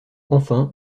enfin